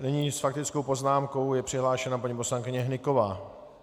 Nyní s faktickou poznámkou je přihlášena paní poslankyně Hnyková.